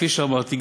כפי שאמרתי,